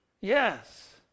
Yes